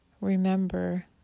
Remember